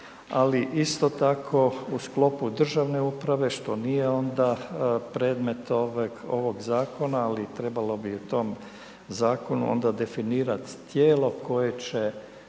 ali isto tako u sklopu državne uprave, što nije onda predmet ovog zakona, ali trebalo bi u tom zakonu onda definirat tijelo koje će